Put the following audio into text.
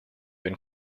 been